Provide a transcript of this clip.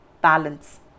balance